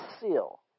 seal